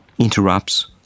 interrupts